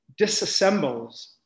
disassembles